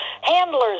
handler's